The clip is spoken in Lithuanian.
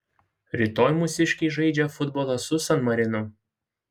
rytoj mūsiškiai žaidžia futbolą su san marinu